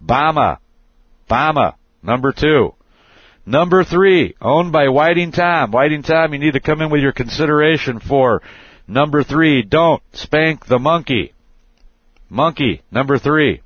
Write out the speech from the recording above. bamma number two number three owned by whiting time biding time you need to come in with your consideration for number three don't spank the monkey monkey number three